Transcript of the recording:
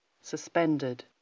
suspended